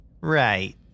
right